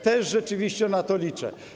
Też rzeczywiście na to liczę.